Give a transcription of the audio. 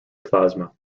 plasma